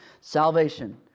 Salvation